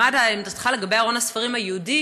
מה עמדתך לגבי ארון הספרים היהודי?